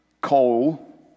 coal